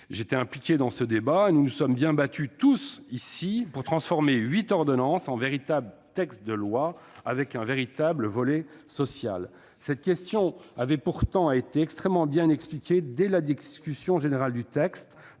J'étais impliqué dans ce débat au cours duquel nous nous sommes collectivement battus, au Sénat, pour transformer huit ordonnances en un véritable texte de loi avec un véritable volet social. Cette question avait pourtant été fort bien expliquée dès la discussion générale du texte